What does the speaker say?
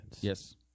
Yes